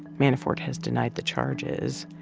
manafort has denied the charges.